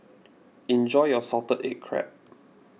enjoy your Salted Egg Crab